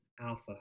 Alpha